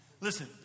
Listen